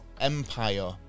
empire